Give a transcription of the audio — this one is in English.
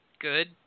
good